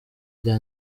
rya